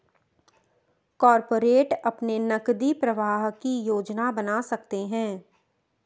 corporate अपने नकदी प्रवाह की योजना बना सकते हैं